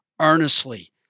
earnestly